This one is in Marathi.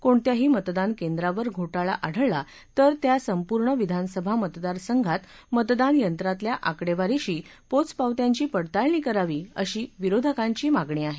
कोणत्याही मतदान केंद्रावर घोटाळा आढळला तर त्या संपूर्ण विधानसभा मतदार संघात मतदान यंत्रातल्या आकडेवारीशी पोचपावत्यांची पडताळणी करावी अशी विरोधकांची मागणी आहे